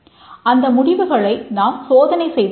அந்த முடிவுகளை நாம் சோதனை செய்து பார்ப்போம்